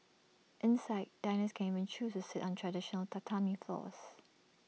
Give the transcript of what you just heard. inside diners can even choose to sit on traditional Tatami floors